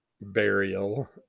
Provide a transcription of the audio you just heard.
burial